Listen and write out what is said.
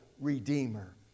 redeemer